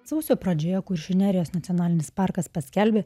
sausio pradžioje kuršių nerijos nacionalinis parkas paskelbė